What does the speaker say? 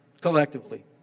Collectively